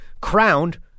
crowned